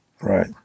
Right